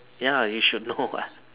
ya you should know what